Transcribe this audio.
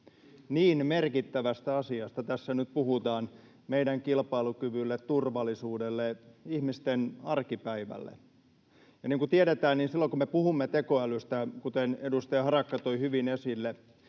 Niin merkittävästä asiasta tässä nyt puhutaan meidän kilpailukyvylle, turvallisuudelle, ihmisten arkipäivälle. Ja niin kuin tiedetään, niin silloin kun me puhumme tekoälystä, kuten edustaja Harakka toi hyvin esille,